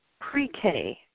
pre-K